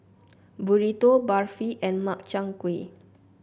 Burrito Barfi and Makchang Gui